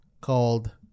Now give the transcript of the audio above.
called